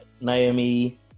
Naomi